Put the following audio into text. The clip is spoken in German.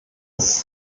ist